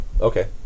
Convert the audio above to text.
okay